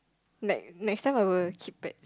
like next time I would keep pets